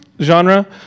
genre